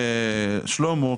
שלמה,